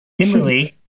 Emily